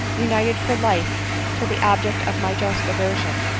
united for life to the object of my just aversion,